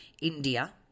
India